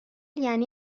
یعنی